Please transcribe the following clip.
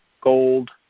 Gold